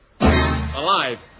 Alive